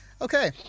Okay